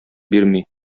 бирми